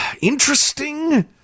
interesting